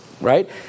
right